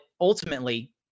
ultimately